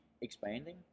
expanding